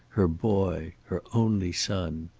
her boy. her only son.